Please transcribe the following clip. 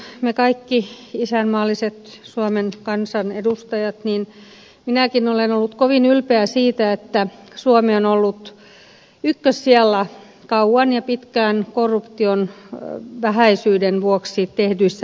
niin kuin varmasti me kaikki isänmaalliset suomen kansan edustajat minäkin olen ollut kovin ylpeä siitä että suomi on ollut ykkössijalla kauan ja pitkään korruption vähäisyyden vuoksi tehdyissä mittauksissa